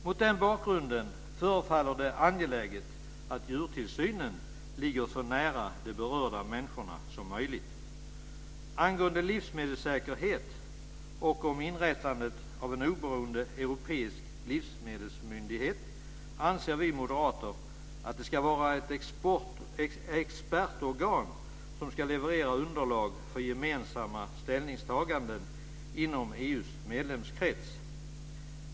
Mot den bakgrunden förefaller det angeläget att djurtillsynen ligger så nära de berörda människorna som möjligt. Angående livsmedelssäkerhet och inrättandet av en oberoende europeiska livsmedelsmyndighet anser vi moderater att det ska vara ett expertorgan som ska leverera underlag för gemensamma ställningstaganden inom EU:s medlemskrets.